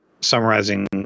Summarizing